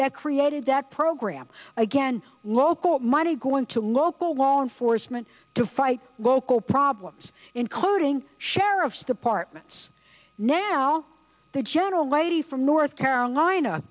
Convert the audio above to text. that created that program again local money going to local law enforcement to fight local problems including sheriff's departments now the gentle lady from north carolina